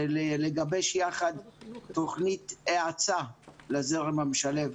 לגבש יחד תכנית האצה לזרם המשלב.